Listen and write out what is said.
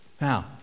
Now